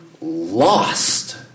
lost